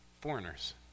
Foreigners